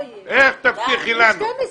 איך תבטיחו לנו?